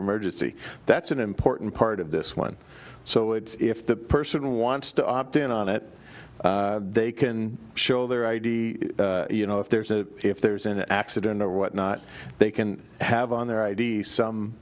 emergency that's an important part of this one so it's if the person wants to opt in on it they can show their id you know if there's a if there's an accident or whatnot they can have on their i d some